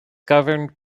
governed